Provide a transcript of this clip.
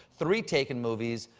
three taken movies.